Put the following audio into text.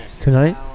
tonight